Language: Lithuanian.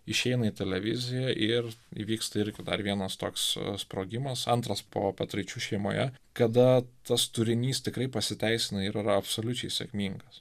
išeina į televiziją ir įvyksta irgi dar vienas toks sprogimas antras po petraičių šeimoje kada tas turinys tikrai pasiteisina ir yra absoliučiai sėkmingas